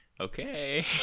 okay